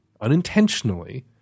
unintentionally